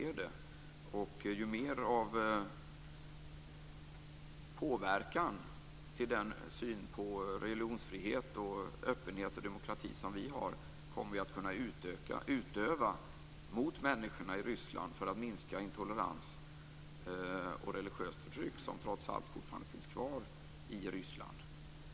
På så vis kommer vi också i högre grad att kunna påverka människorna i Ryssland med vår syn på religionsfrihet, öppenhet och demokrati och därmed minska intolerans och religiöst förtryck, som trots allt fortfarande finns kvar i Ryssland.